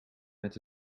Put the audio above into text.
met